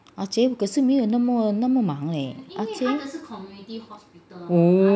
阿姐可是没有那么那么忙 leh